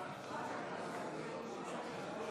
נתקבל.